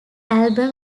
album